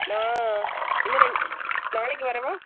நான் இன்னும் ரெண் நாளைக்கு வரவா